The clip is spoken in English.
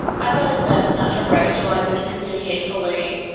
i thought it best not to write till i could communicate fully.